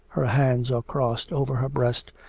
her hands are crossed over her breast,